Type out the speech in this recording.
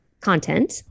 content